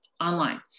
online